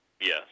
Yes